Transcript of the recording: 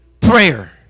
prayer